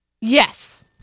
Yes